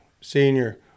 senior